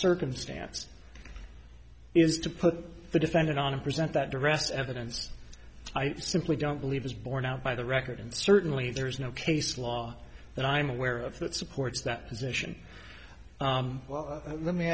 circumstance is to put the defendant on and present that arrest evidence i simply don't believe is borne out by the record and certainly there is no case law that i'm aware of that supports that position well let me